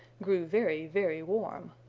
grew very, very warm.